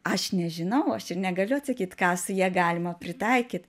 aš nežinau aš ir negaliu atsakyt ką su ja galima pritaikyt